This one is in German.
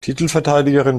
titelverteidigerin